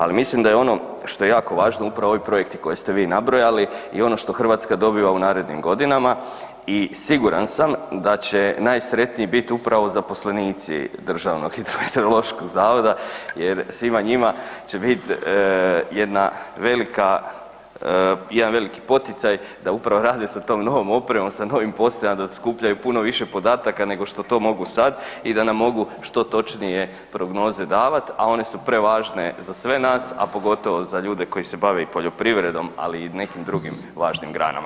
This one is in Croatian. Ali mislim da je ono što je jako važno upravo ovi projekti koje ste vi nabrojali i ono što Hrvatska dobiva u narednim godinama i siguran sam da će najsretniji biti upravo zaposlenici DHMZ-a jer svima njima će biti jedna velika, jedan veliki poticaj da upravo rade sa tom novom opremom, sa novim postajama, da skupljaju puno više podataka nego što to mogu sad i da nam mogu što točnije prognoze davati, a one su prevažne za sve nas, a pogotovo za ljude koji se bave i poljoprivredom, ali i nekim drugim važnim granama.